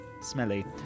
smelly